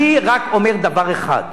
אני רק אומר דבר אחד.